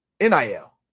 NIL